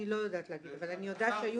אני לא יודעת להגיד, אבל אני יודעת שהיו